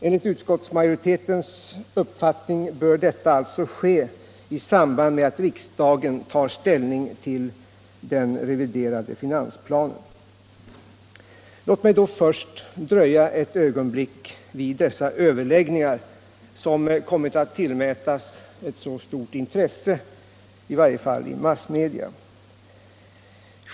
Enligt utskottsmajoritetens uppfattning bör detta alltså ske i samband med att riksdagen tar ställning till den reviderade finansplanen. Låt mig då först dröja ett ögonblick vid nämnda överläggningar, som kommit att tillmätas ett så stort intresse, i varje fall i massmedia.